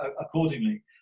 accordingly